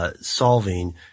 solving